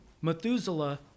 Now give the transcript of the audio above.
Methuselah